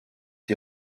die